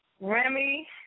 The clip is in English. Remy